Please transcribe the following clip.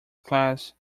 class